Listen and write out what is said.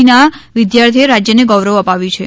સીના વિદ્યાર્થીઓએ રાજ્યને ગૌરવ અપાવ્યુ છે